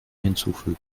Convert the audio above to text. hinzufügen